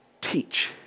teach